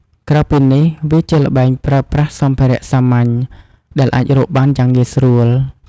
ក្រៅពីនេះ វាជាល្បែងប្រើប្រាស់សម្ភារៈសាមញ្ញ ដែលអាចរកបានយ៉ាងងាយស្រួល។